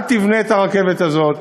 אל תבנה את הרכבת הזאת,